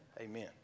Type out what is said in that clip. Amen